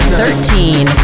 thirteen